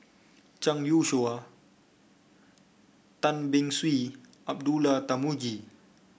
Zhang Youshuo Tan Beng Swee Abdullah Tarmugi